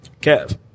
Kev